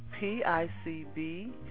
PICB